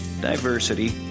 diversity